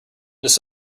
was